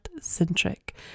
centric